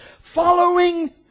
following